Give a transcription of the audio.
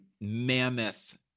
mammoth